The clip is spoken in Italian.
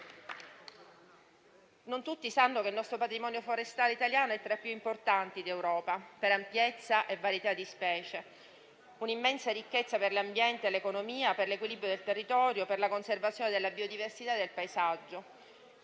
Non tutti sanno che il patrimonio forestale italiano è tra i più importanti d'Europa per ampiezza e varietà di specie e costituisce un'immensa ricchezza per l'ambiente e l'economia, per l'equilibrio del territorio, per la conservazione della biodiversità e del paesaggio.